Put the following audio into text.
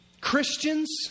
Christians